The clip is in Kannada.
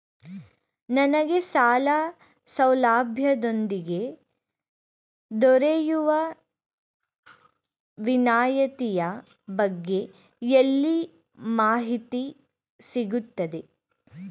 ನನಗೆ ಸಾಲ ಸೌಲಭ್ಯದೊಂದಿಗೆ ದೊರೆಯುವ ವಿನಾಯತಿಯ ಬಗ್ಗೆ ಎಲ್ಲಿ ಮಾಹಿತಿ ಸಿಗುತ್ತದೆ?